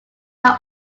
are